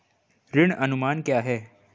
ऋण अनुमान क्या है?